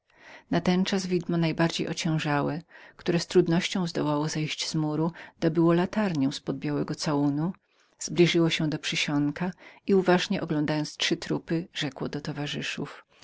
natenczas widmo najbardziej ociężałe które z trudnością zdołało zleść z parkanu dobyło latarnię z pod białego całunu zbliżyło się do przysionka i uważnie oglądając trzy trupy rzekło do towarzyszów